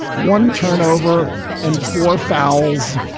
one turnover and four fouls,